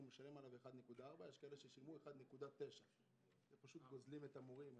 הוא משלם עליו 1.4. יש כאלה ששילמו 1.9. פשוט גוזלים את המורים.